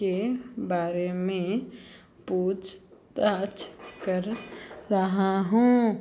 के बारे में पूछताछ कर रहा हूँ